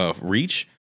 reach